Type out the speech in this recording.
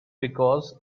because